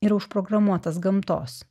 yra užprogramuotas gamtos